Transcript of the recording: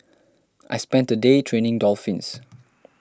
I spent a day training dolphins